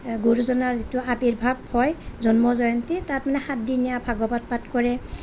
গুৰুজনাৰ যিটো আৰ্বিভাৱ হয় জন্ম জয়ন্তী তাত মানে সাতদিনীয়া ভাগৱত পাঠ কৰে